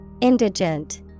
Indigent